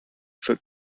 for